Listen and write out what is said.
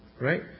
Right